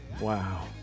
Wow